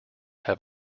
have